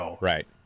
Right